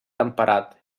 temperat